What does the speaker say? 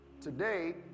today